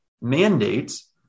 mandates